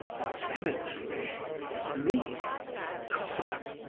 the cemetery me my god!